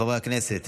חברי הכנסת